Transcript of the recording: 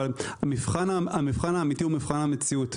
אבל המבחן האמיתי הוא מבחן המציאות.